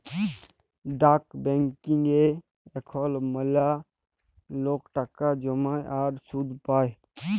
ডাক ব্যাংকিংয়ে এখল ম্যালা লক টাকা জ্যমায় আর সুদ পায়